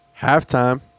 halftime